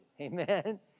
Amen